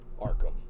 Arkham